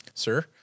sir